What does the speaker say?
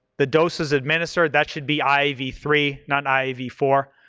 the doses administered, that should be i v three not i v four.